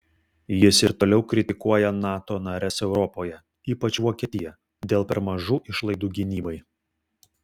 jis ir toliau kritikuoja nato nares europoje ypač vokietiją dėl per mažų išlaidų gynybai